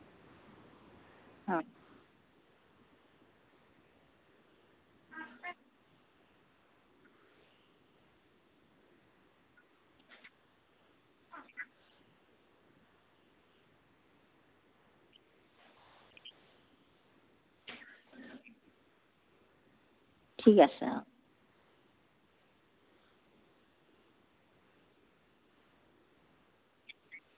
অঁ ঠিক আছে অঁ